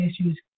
issues